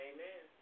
Amen